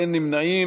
אין נמנעים.